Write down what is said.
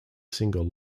single